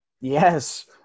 Yes